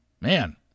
Man